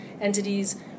entities